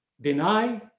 deny